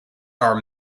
are